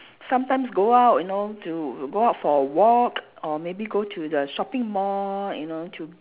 sometimes go out you know to go out for a walk or maybe go to the shopping mall you know to